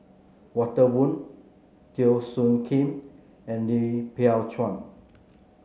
Walter Woon Teo Soon Kim and Lim Biow Chuan